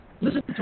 listen